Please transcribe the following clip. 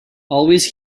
always